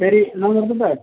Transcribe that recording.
ശരി എന്നാൽ നിർത്തട്ടേ